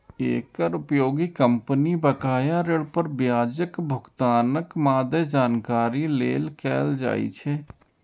एकर उपयोग कंपनी बकाया ऋण पर ब्याजक भुगतानक मादे जानकारी लेल कैल जाइ छै